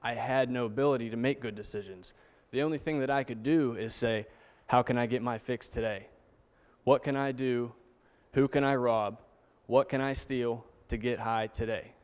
i had no ability to make good decisions the only thing that i could do is say how can i get my fix today what can i do who can i rob what can i steal to get high today